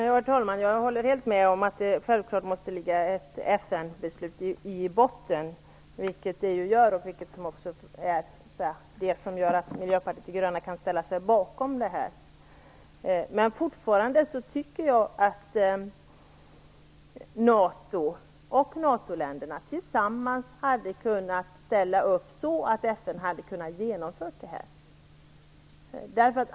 Herr talman! Jag håller helt med om att det självklart måste ligga ett FN-beslut i botten, vilket också är fallet och är det som gör att Miljöpartiet de gröna kan ställa sig bakom detta. Men fortfarande tycker jag att NATO och NATO-länderna tillsammans hade kunnat ställa upp på ett sådant sätt att FN hade kunnat genomföra operationen.